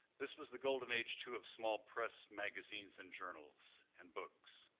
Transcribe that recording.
this was the golden age too of small press magazines and journals and books.